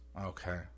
Okay